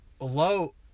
Hello